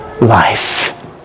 life